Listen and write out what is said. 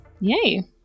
Yay